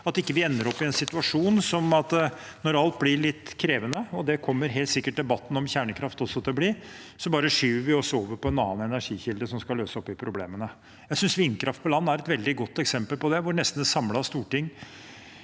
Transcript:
at vi ikke ender i en situasjon som gjør at vi, når alt blir litt krevende – og det kommer helt sikkert debatten om kjernekraft også til å bli – bare skyver oss over på en annen energikilde for å løse opp i problemene. Jeg synes vindkraft på land er et veldig godt eksempel på det. Et nesten samlet storting